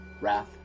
wrath